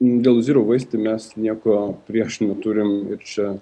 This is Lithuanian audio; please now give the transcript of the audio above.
dėl zyrou veist mes nieko prieš neturim čia